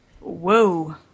Whoa